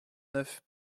neuf